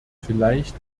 vielleicht